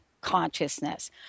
consciousness